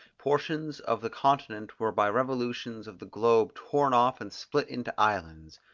portions of the continent were by revolutions of the globe torn off and split into islands.